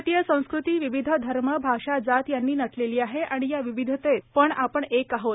भारतीय संस्कृती विविध धर्म भाषा जात यानी नटलेली आहे आणि या विविधतेत पण आपण एक आहोत